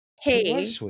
hey